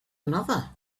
another